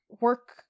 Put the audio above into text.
work